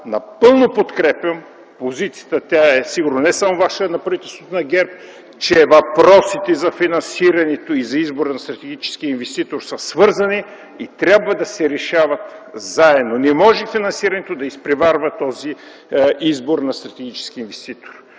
напълно подкрепям позицията, тя сигурно е не само Ваша, а на правителството на ГЕРБ, че въпросите за финансирането и за избора на стратегически инвеститор са свързани и трябва да се решават заедно. Не може финансирането да изпреварва този избор на стратегически инвеститор.